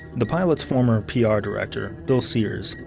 the pilots' former pr director, bill sears,